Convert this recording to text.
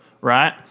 right